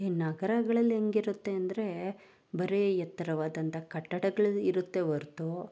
ಈ ನಗರಗಳಲ್ಲಿ ಹೆಂಗಿರುತ್ತೆ ಅಂದ್ರೆ ಬರೀ ಎತ್ತರವಾದಂಥ ಕಟ್ಟಡಗಳು ಇರುತ್ತೇ ಹೊರ್ತು